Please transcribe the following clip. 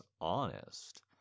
honest